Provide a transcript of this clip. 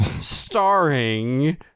starring